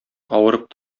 авырып